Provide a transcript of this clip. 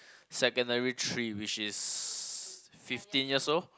secondary three which is fifteen years old